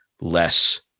less